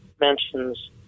mentions